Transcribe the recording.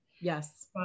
Yes